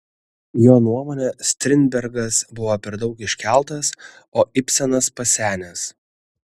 jo nuomone strindbergas buvo per daug iškeltas o ibsenas pasenęs